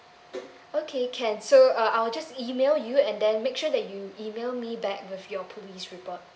okay can so uh I'll just email you and then make sure that you email me back with your police report